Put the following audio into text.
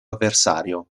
avversario